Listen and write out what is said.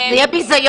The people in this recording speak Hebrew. זה יהיה ביזיון.